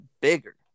bigger